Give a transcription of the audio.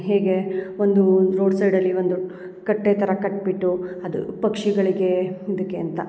ಹೇಗೆ ಒಂದು ರೋಡ್ ಸೈಡಲ್ಲಿ ಒಂದು ಕಟ್ಟೆ ಥರ ಕಟ್ಬಿಟ್ಟು ಅದು ಪಕ್ಷಿಗಳಿಗೆ ಇದಕ್ಕೆ ಅಂತ